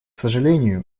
сожалению